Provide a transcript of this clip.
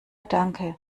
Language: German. danke